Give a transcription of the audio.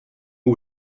who